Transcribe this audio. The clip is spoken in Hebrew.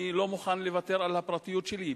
אני לא מוכן לוותר על הפרטיות שלי.